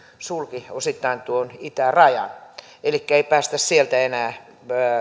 sulki osittain tuon itärajan elikkä ei päästä sieltä enää